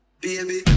baby